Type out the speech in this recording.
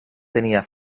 tenia